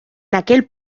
aquel